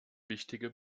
wichtige